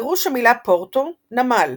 פירוש המילה פורטו – נמל.